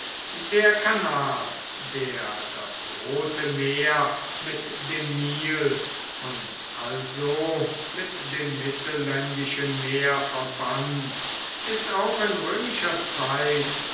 der kanal der das rote meer mit dem nil und also mit dem mittelländischen meer verband ist auch in römischer zeit